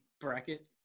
bracket